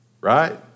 right